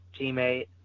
teammate